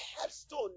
headstone